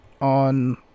on